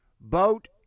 Boat